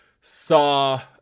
saw